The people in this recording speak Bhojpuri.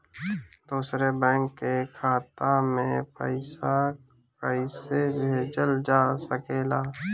दूसरे बैंक के खाता में पइसा कइसे भेजल जा सके ला?